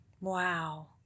Wow